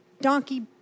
donkey